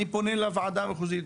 אני פונה לוועדה המחוזית,